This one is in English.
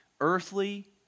earthly